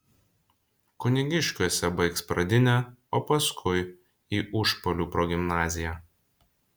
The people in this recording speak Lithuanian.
kunigiškiuose baigs pradinę o paskui į užpalių progimnaziją